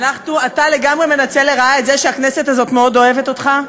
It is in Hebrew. אתה לגמרי מנצל לרעה את זה שהכנסת הזאת מאוד אוהבת אותך,